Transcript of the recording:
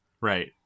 Right